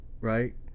right